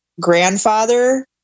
grandfather